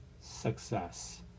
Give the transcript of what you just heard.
success